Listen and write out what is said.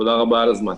תודה רבה על הזמן.